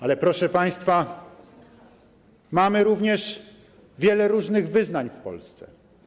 Ale proszę Państwa, mamy również wiele różnych wyznań w Polsce.